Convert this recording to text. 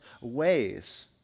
ways